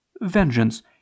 vengeance